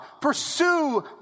Pursue